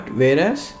whereas